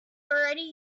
already